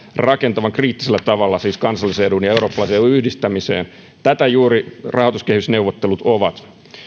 rakentavan kriittisellä tavalla kansallisen edun yhdistämiseen tätä juuri rahoituskehysneuvottelut ovat